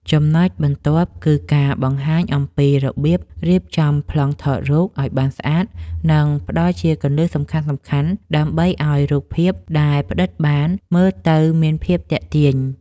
ចំណុចបន្ទាប់គឺការបង្ហាញអំពីរបៀបរៀបចំប្លង់ថតរូបឱ្យបានស្អាត និង ផ្ដល់ជាគន្លឹះសំខាន់ៗដើម្បីឱ្យរូបភាពដែលផ្ដិតបានមើលទៅមានភាពទាក់ទាញ។